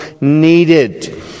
needed